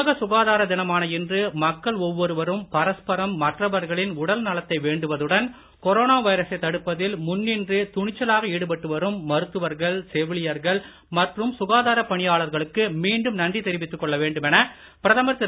உலக சுகாதார தினமான இன்று மக்கள் ஒவ்வொருவரும் பரஸ்பரம் மற்றவர்களின் உடல்நலத்தை வேண்டுவதுடன் கொரோனா வைரசைத் தடுப்பதில் முன்னின்று துணிச்சலாக ஈடுபட்டு வரும் டாக்டர்கள் செவிலியர்கள் மற்றும் சுகாதாரப் பணியாளர்களுக்கு மீண்டும் நன்றி தெரிவித்துக்கொள்ள வேண்டுமென பிரதமர் திரு